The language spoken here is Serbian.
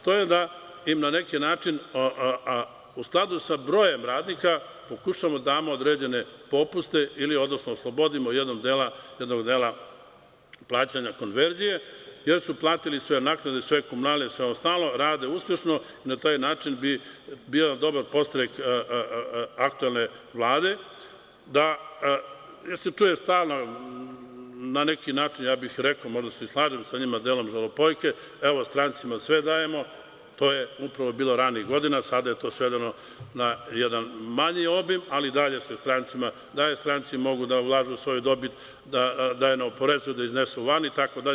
To je da im na neki način u skladu sa brojem radnika pokušamo da damo određene popuste ili oslobodimo jednog dela plaćanja konverzije jer su platili sve naknade, sve komunalije, sve ostalo, rade uspešno i na taj način bi bio dobar podstrek aktuelne Vlade, jer se čuje stalno na neki način, ja bih rekao, možda se i slažem sa njima, žalopojke – evo strancima sve dajemo; to je upravo bilo ranijih godina, sada je to sve svedeno na jedna manji obim, ali dalje stranci mogu da ulažu u svoju dobit, da je ne oporezuju, da je iznesu van, itd.